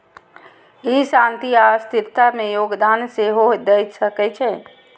ई शांति आ स्थिरता मे योगदान सेहो दए सकै छै